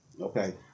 Okay